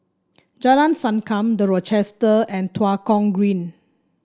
Jalan Sankam The Rochester and Tua Kong Green